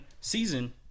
season